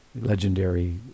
legendary